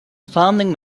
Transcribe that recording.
founding